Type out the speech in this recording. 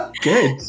good